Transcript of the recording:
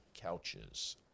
couches